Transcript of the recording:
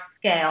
scale –